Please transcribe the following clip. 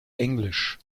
englisch